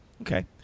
okay